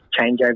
changeover